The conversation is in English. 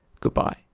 Goodbye